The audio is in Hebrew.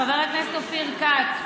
חבר הכנסת אופיר כץ,